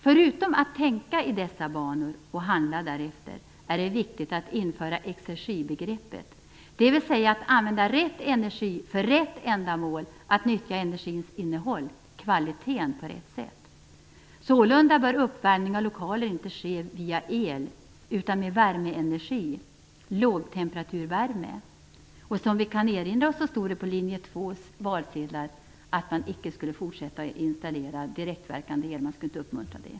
Förutom att tänka i dessa banor och handla därefter är det viktigt att införa exergibegreppet, dvs. att använda rätt energi för rätt ändamål, att nyttja energins innehåll, kvaliteten, på rätt sätt. Sålunda bör uppvärmning av lokaler inte ske via el, utan med värmeenergi - lågtemperaturvärme. Som vi kan erinra oss stod det på linje 2:s valsedlar att man icke skulle fortsätta att installera direktverkande el. Det skulle inte uppmuntras.